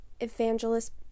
evangelist